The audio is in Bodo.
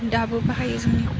दाबो बाहायो जोंनियाव